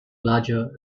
larger